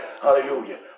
hallelujah